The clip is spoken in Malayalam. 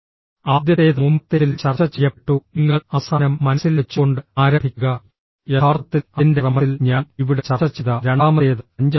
ആദ്യത്തേത് മുമ്പത്തേതിൽ ചർച്ച ചെയ്യപ്പെട്ടു നിങ്ങൾ അവസാനം മനസ്സിൽ വെച്ചുകൊണ്ട് ആരംഭിക്കുക യഥാർത്ഥത്തിൽ അതിന്റെ ക്രമത്തിൽ ഞാൻ ഇവിടെ ചർച്ച ചെയ്ത രണ്ടാമത്തേത് അഞ്ചാമത്തേതാണ്